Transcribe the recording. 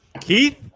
Keith